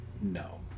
No